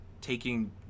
taking